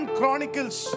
Chronicles